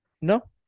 No